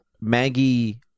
Maggie